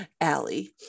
Allie